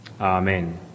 Amen